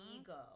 ego